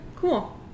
cool